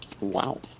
Wow